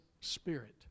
spirit